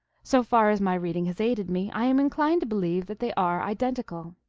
so far as my reading has aided me, i am inclined to believe that they are identical.